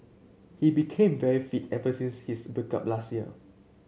he became very fit ever since his break up last year